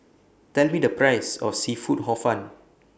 Tell Me The Price of Seafood Hor Fun